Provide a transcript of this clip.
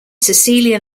cecilia